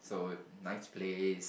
so nice place